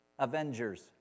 Avengers